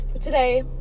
today